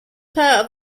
part